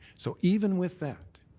so even with that,